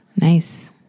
Nice